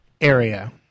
area